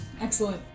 Excellent